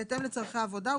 בהתאם לצרכי העבודה,